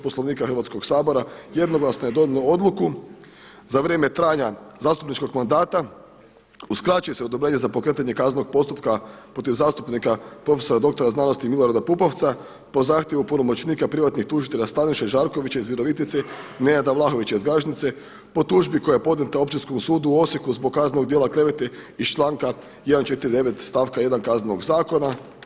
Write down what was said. Poslovnik Hrvatskog sabora jednoglasno je donijelo odluku za vrijeme trajanja zastupničkog mandata ukraćuje se odobrenje za pokretanje kaznenog postupka protiv zastupnika profesora doktora znanosti Milorada Pupovca po zahtjevu punomoćnika privatnih tužitelja Staniše Žarkovića iz Virovitice i Nenada Vlahovića iz Garešnice po tužbi koja je podnijeta Općinskom sudu u Osijeku zbog kaznenog djela klevete iz članka 149. stavak 1. Kaznenog zakona.